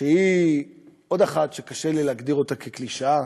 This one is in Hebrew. שהיא עוד אחת שקשה לי להגדיר אותה כקלישאה,